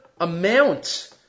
amount